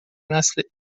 نسل